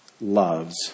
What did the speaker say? loves